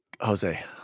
Jose